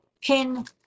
pin